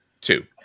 Two